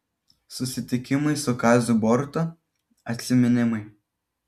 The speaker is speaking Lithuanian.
susitikimai su kaziu boruta atsiminimai